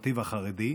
המסורתי והחרדי,